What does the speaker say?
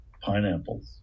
pineapples